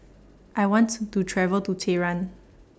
I want to travel to Tehran